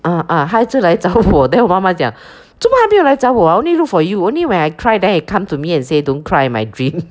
ah ah 他一直来找我 then 我妈妈讲做么他没有来找我 only look for you only when I cry then he come to me and say don't cry in my dream